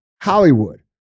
Hollywood